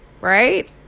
right